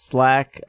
Slack